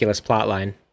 plotline